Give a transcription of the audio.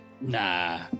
Nah